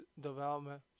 development